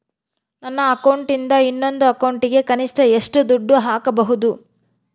ನನ್ನ ಅಕೌಂಟಿಂದ ಇನ್ನೊಂದು ಅಕೌಂಟಿಗೆ ಕನಿಷ್ಟ ಎಷ್ಟು ದುಡ್ಡು ಹಾಕಬಹುದು?